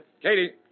Katie